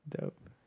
Dope